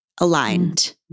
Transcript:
aligned